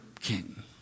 king